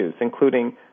including